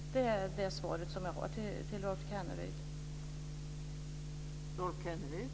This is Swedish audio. Det är det svar jag har till Rolf Kenneryd.